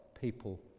people